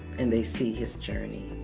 and they see his journey.